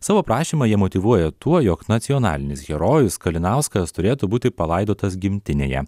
savo prašymą jie motyvuoja tuo jog nacionalinis herojus kalinauskas turėtų būti palaidotas gimtinėje